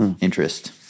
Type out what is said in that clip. interest